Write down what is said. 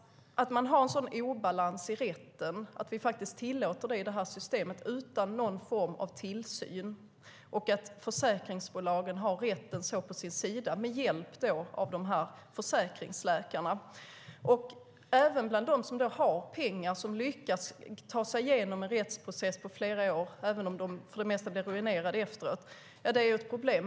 Att ha en sådan obalans i rättigheterna, att tillåta ett system utan någon form av tillsyn och att på det sättet låta försäkringsbolagen, med hjälp av försäkringsläkarna, få rätten på sin sida är helt fel. Också för dem som har pengar och lyckas ta sig igenom en rättsprocess på flera år - för det mesta blir de ruinerade - är det ett problem.